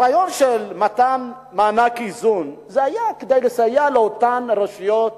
הרעיון של מתן מענק איזון היה כדי לסייע לאותן רשויות